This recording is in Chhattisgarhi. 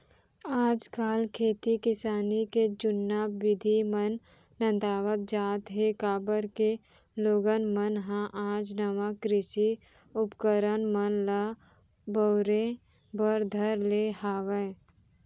आज काल खेती किसानी के जुन्ना बिधि मन नंदावत जात हें, काबर के लोगन मन ह आज नवा कृषि उपकरन मन ल बउरे बर धर ले हवय